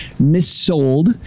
missold